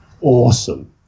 awesome